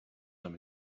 time